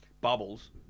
bubbles